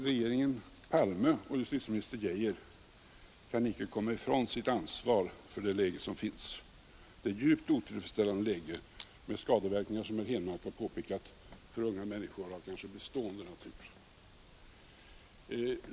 Regeringen Palme och justitieminister Geijer kan icke komma ifrån sitt ansvar för det läge som råder, ett djupt otillfredsställande läge med som herr Henmark har påpekat — skadeverkningar för unga människor av kanske bestående natur.